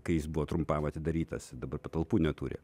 kai jis buvo trumpam atidarytas dabar patalpų neturi